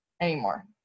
anymore